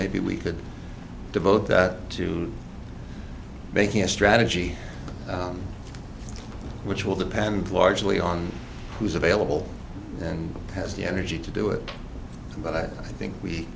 maybe we could devote that to making a strategy which will depend largely on who's available and has the energy to do it but i think